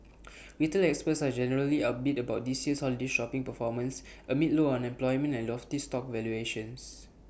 retail experts are generally upbeat about this year's holiday shopping performance amid low unemployment and lofty stock valuations